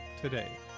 today